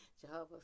Jehovah